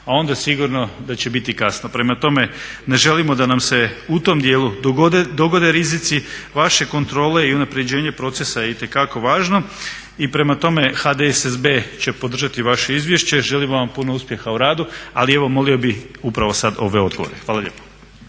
a onda sigurno da će biti kasno. Prema tome, ne želimo da nam se u tom djelu dogode rizici vaše kontrole i unaprjeđenje procesa je itekako važno. I prema tome HDSSB će podržati vaše izvješće. Želimo vam puno uspjeha u radu, ali evo molio bi upravo sad ove odgovore. Hvala lijepa.